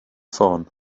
ffôn